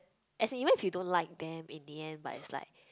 as in even if you don't like them in the end but it's like